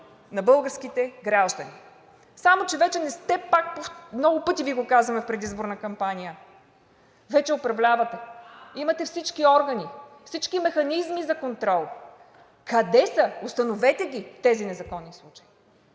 на българските граждани. Само че вече не сте – много пъти Ви го казваме, в предизборна кампания, а вече управлявате и имате всички органи, и всички механизми за контрол. Къде са? Установете ги тези незаконни случаи,